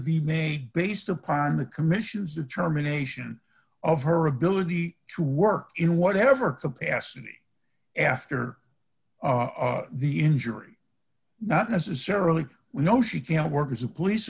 be made based upon the commission's determination of her ability to work in whatever capacity after the injury not necessarily we know she can work as a police